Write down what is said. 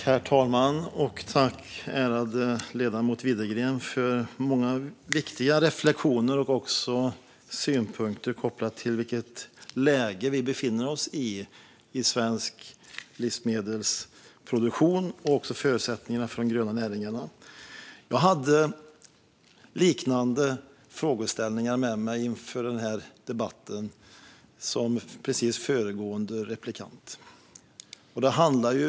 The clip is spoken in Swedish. Herr talman! Jag tackar den ärade ledamoten Widegren för hans många viktiga reflektioner och synpunkter på det läge vi befinner oss i avseende svensk livsmedelsproduktion och förutsättningarna för de gröna näringarna. Jag hade inför den här debatten med mig frågeställningar liknande dem hos föregående replikör.